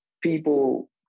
People